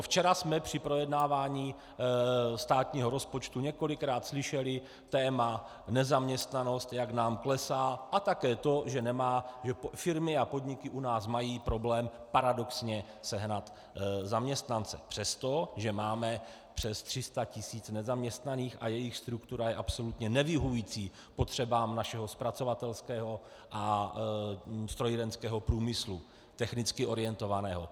Včera jsme při projednávání státního rozpočtu několikrát slyšeli téma nezaměstnanost, jak nám klesá, a také to, že firmy a podniky u nás mají paradoxně problém sehnat zaměstnance, přestože máme přes 300 tisíc nezaměstnaných, a jejich struktura je absolutně nevyhovující potřebám našeho zpracovatelského a strojírenského průmyslu, technicky orientovaného.